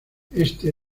este